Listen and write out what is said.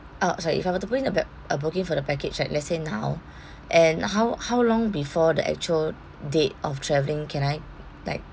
uh sorry if I were to put in a the a booking for the package like let's say now and how how long before the actual date of travelling can I like